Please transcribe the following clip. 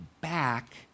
back